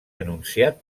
anunciat